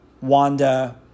Wanda